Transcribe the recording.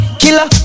killer